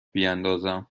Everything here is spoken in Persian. بیاندازم